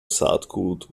saatgut